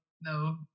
no